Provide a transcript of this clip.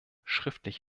schriftlich